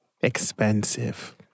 expensive